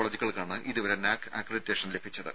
കോളേജുകൾക്കാണ് ഇതുവരെ നാക് അക്രഡിറ്റേഷൻ ലഭിച്ചത്